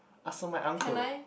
ask my uncle